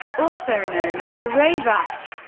also known as the rave act.